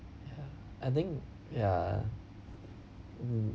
ya I think ya mm